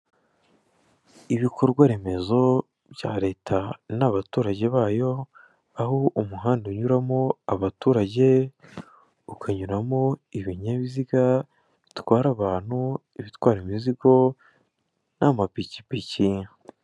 Ibikorwaremezo bya leta n'abaturage bayo aho umuhanda unyuramo abaturage, ukanyura ibinyabiziga bitwara abantu, ibitwara imizigo n'amapikipiki.